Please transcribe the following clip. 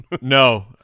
No